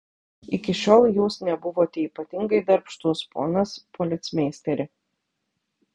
iki šiol jūs nebuvote ypatingai darbštus ponas policmeisteri